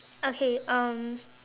okay um